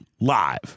live